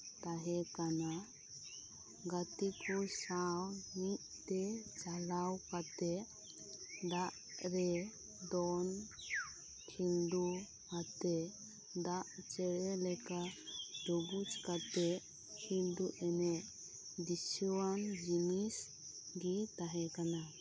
ᱛᱟᱦᱮᱸ ᱠᱟᱱᱟ ᱜᱟᱛᱤᱠᱩ ᱥᱟᱶ ᱢᱤᱫ ᱛᱮ ᱪᱟᱞᱟᱣ ᱠᱟᱛᱮ ᱫᱟᱜ ᱨᱮ ᱫᱚᱱ ᱠᱷᱤᱞᱰᱩ ᱟᱛᱮ ᱫᱟᱜ ᱪᱮᱬᱮ ᱞᱮᱠᱟ ᱰᱩᱵᱩᱡᱽ ᱠᱟᱛᱮ ᱠᱷᱤᱞᱰᱩ ᱮᱱᱮᱡ ᱫᱤᱥᱟᱹᱣᱟᱱ ᱡᱤᱱᱤᱥ ᱜᱤ ᱛᱟᱦᱮᱸ ᱠᱟᱱᱟ